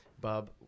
Bob